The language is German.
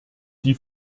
die